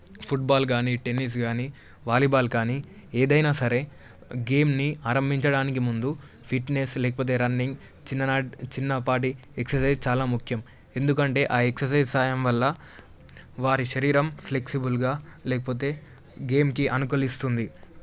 football కానీ tennis కానీ volleyball కానీ ఏదైనా సరే గేమ్ని ఆరంభించడానికి ముందు ఫిట్నెస్ లేకపోతే రన్నింగ్ చిన్ననాటి చిన్నపాటి ఎక్ససైజ్ చాలా ముఖ్యం ఎందుకంటే ఆ ఎక్ససైజ్ సాయం వల్ల వారి శరీరం ఫ్లెక్సిబుల్గా లేకపోతే గేమ్కి అనుకూలిస్తుంది